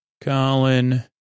Colin